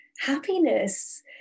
Happiness